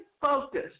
focus